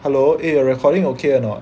hello eh your recording okay or not